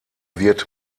wird